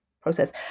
process